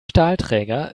stahlträger